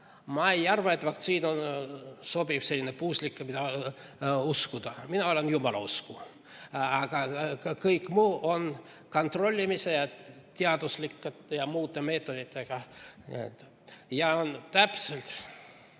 Ma ei arva, et vaktsiin on selline puuslik, mida uskuda. Mina olen Jumala-usku. Aga ka kõik muu on kontrollimise, teaduslike ja muude meetoditega. Ja on täpselt